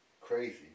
Crazy